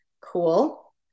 cool